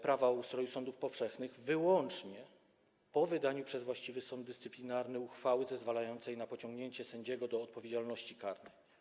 Prawo o ustroju sądów powszechnych wyłącznie po wydaniu przez właściwy sąd dyscyplinarny uchwały zezwalającej na pociągnięcie sędziego do odpowiedzialności karnej.